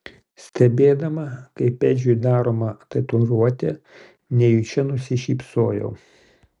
stebėdama kaip edžiui daroma tatuiruotė nejučia nusišypsojau